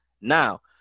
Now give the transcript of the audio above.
now